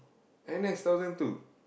N_S thousand two